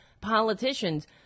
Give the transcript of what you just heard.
politicians